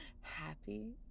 happy